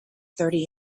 thirty